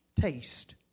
taste